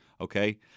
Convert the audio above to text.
okay